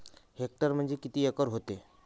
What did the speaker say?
Hectare म्हणजे किती acre व्हते?